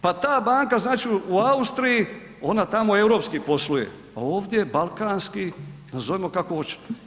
Pa ta banka, znači u Austriji, ona tamo europski posluje, ovdje balkanski, nazovimo kako hoćemo.